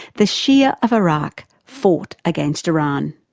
the shia of iraq fought against iran.